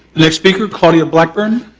next beaker, claudia blackburn.